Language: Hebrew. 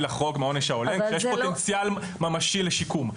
לחרוג מעונש כי יש פוטנציאל ממשי לשיקום.